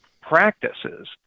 practices